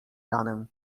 ranę